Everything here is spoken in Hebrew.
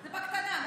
זה בקטנה.